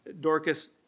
Dorcas